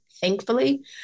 thankfully